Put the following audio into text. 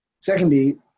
Secondly